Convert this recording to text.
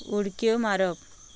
उडक्यो मारप